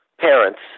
parents